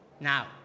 Now